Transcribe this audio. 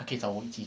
还可以找我一起